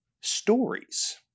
stories